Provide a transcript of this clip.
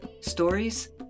stories